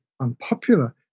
unpopular